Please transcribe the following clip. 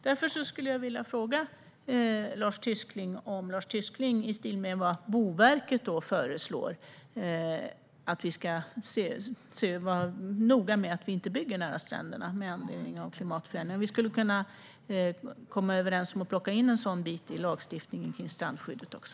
Därför skulle jag vilja fråga Lars Tysklind om han i likhet med vad Boverket föreslår anser att vi ska vara noga med att vi inte bygger nära stränderna med anledning av klimatförändringarna. Vi skulle kunna komma överens om att ta in en sådan del i lagstiftningen om strandskyddet också.